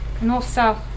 North-South